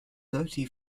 thirty